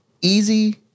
easy